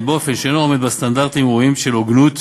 באופן שאינו עומד בסטנדרטים ראויים של הוגנות